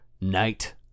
Night